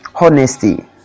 honesty